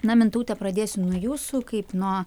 na mintaute pradėsim nuo jūsų kaip nuo